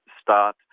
start